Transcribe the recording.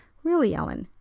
really, ellen,